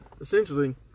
essentially